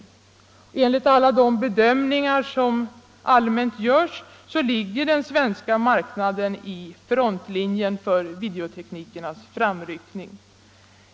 Enligt de bedömningar som allmänt görs och gjorts ligger den svenska marknaden i frontlinjen för videoteknikernas framryckning.